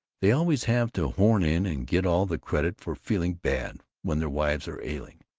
they always have to horn in and get all the credit for feeling bad when their wives are ailing.